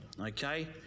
Okay